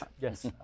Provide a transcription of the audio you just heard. Yes